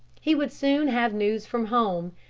he would soon have news from home.